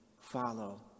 follow